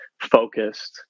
focused